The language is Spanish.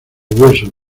hueso